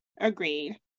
Agreed